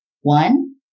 One